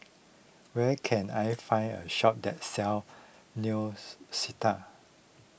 where can I find a shop that sells Neostrata